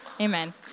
amen